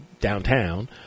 downtown